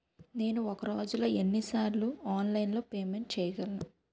నేను ఒక రోజులో ఎన్ని సార్లు ఆన్లైన్ పేమెంట్ చేయగలను?